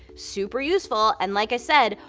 super useful, and like i said,